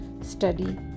study